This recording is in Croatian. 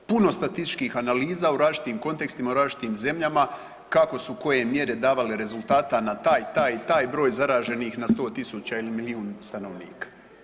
Puno statističkih analiza u različitim kontekstima, u različitim zemljama kako su koje mjere davale rezultata na taj, taj i taj broj zaraženih na 100 tisuća ili milijun stanovnika.